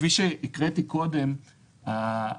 כפי שהקראתי קודם,